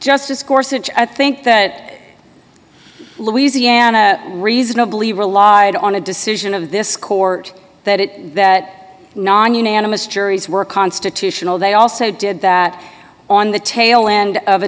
discourse and i think that louisiana reasonably relied on a decision of this court that it that non unanimous juries were constitutional they also did that on the tail end of a